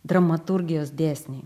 dramaturgijos dėsniai